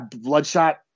Bloodshot